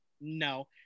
no